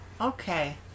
Okay